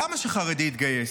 למה שחרדי יתגייס?